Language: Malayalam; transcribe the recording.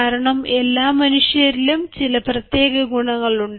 കാരണം എല്ലാ മനുഷ്യരിലും ചില പ്രത്യേക ഗുണങ്ങൾ ഉണ്ട്